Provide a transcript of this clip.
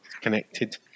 Connected